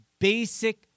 basic